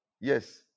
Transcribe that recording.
yes